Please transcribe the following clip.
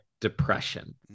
depression